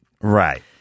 Right